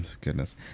goodness